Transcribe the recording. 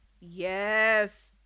Yes